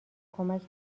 کمک